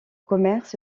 commerce